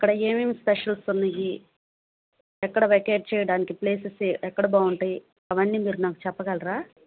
అక్కడ ఏమేమి స్పెషల్స్ ఉన్నాయి ఎక్కడ వెకేట్ చేయడానికి ప్లేసెస్ ఎక్కడ బాగుంటాయి అవన్నీ మీరు నాకు చెప్పగలరా